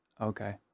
okay